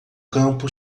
campo